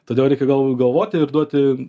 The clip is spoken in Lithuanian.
todėl reikia gal galvoti ir duoti